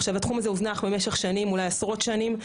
עכשיו התחום הזה הוזנח במשך שנים אולי עשרות שנים,